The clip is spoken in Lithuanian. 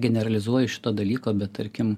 generalizuoju šito dalyko bet tarkim